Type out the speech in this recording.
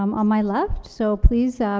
um on my left. so please,